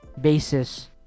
basis